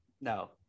no